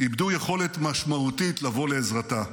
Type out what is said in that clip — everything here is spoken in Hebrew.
איבדו יכולת משמעותית לבוא לעזרתה.